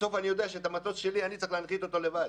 בסוף אני יודע שאת המטוס שלי אני צריך להנחית לבד.